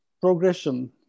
progression